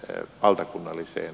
se on valtakunnallisten